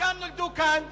לא כל היהודים נולדו כאן,